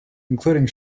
including